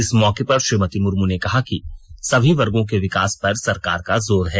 इस मौके पर श्रीमति मुर्मू ने कहा कि सभी वर्गो के विकास पर सरकार का जोर है